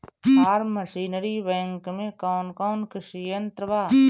Form machinery bank में कौन कौन कृषि यंत्र बा?